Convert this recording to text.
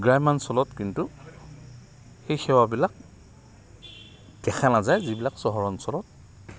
গ্ৰাম্যাঞ্চলত কিন্তু সেই সেৱাবিলাক দেখা নাযায় যিবিলাক চহৰ অঞ্চলত